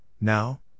now